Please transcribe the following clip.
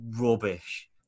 rubbish